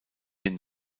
den